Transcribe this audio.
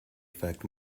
affect